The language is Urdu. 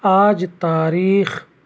آج تاریخ